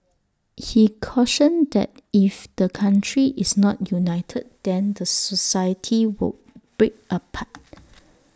he cautioned that if the country is not united then the society would break apart